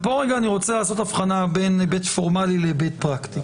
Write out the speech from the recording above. ופה אני רוצה לעשות הבחנה בין היבט פורמלי לבין היבט פרקטי.